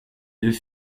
deux